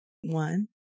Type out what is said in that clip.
one